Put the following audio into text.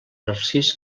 narcís